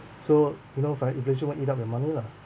so you don't find inflation what eat up your money lah